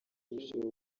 urusheho